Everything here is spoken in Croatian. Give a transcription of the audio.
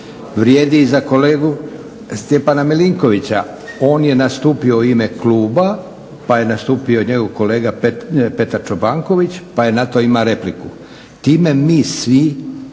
vrijedi i za kolegu Stjepana Milinkovića, on je nastupio u ime kluba pa je nastupio njegov kolega Petar Čobanković, pa je na to imao repliku. Time mi svi